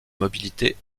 mobilité